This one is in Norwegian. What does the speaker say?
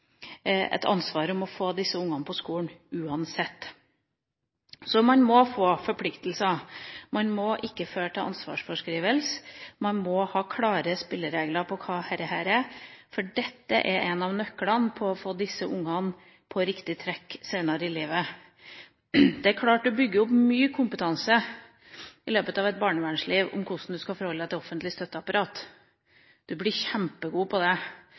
et ansvar for å få disse ungene på skolen uansett. Man må ha forpliktelser, det må ikke føre til ansvarsfraskrivelse, man må ha klare spilleregler for hva dette er, for dette er en av nøklene til å få disse ungene på riktig «track» senere i livet. Du bygger opp mye kompetanse i løpet av et barnevernsliv på hvordan du skal forholde deg til et offentlig støtteapparat – du blir kjempegod på det,